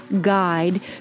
guide